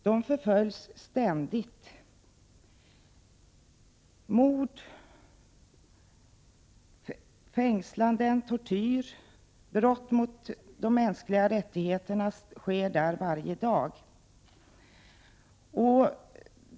De förföljs ständigt. Tortyr, fängslanden, mord och brott mot de mänskliga rättigheterna sker där varje dag.